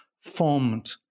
formed